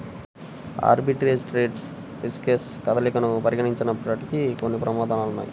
arbitrage trades riskless కదలికలను పరిగణించబడినప్పటికీ, కొన్ని ప్రమాదాలు ఉన్నయ్యి